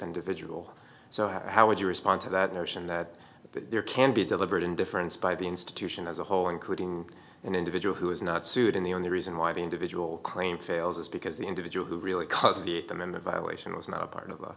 individual so how would you respond to that notion that there can be deliberate indifference by the institution as a whole including an individual who is not sued and the only reason why the individual claim fails is because the individual who really caused them in the violation was not a part of